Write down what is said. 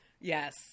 Yes